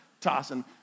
tossing